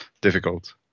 Difficult